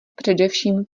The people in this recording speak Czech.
především